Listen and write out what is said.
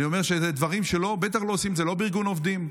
אלה דברים שלא עושים, ובטח לא בארגון עובדים.